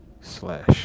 slash